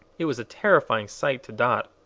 it was a terrifying sight to dot.